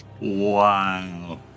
Wow